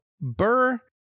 Burr